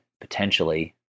potentially